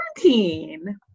quarantine